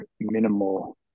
minimal